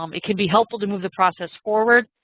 um it could be helpful to move the process forward,